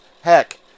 heck